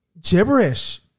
gibberish